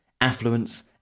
Affluence